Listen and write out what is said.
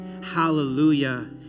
hallelujah